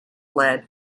led